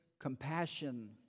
compassion